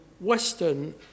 Western